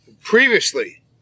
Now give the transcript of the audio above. Previously